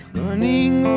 running